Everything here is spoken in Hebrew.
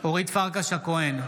אורית פרקש הכהן,